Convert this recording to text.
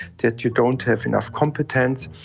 that you don't have enough competence.